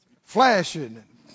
flashing